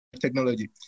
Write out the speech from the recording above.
technology